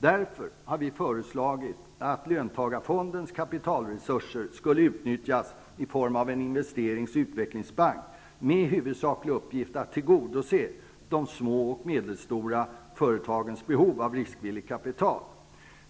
Vi har därför föreslagit att löntagarfondernas kapitalresurser utnyttjas i form av en investerings och utvecklingsbank, med huvudsaklig uppgift att tillgodose de små och medelstora företagens behov av riskvilligt kapital.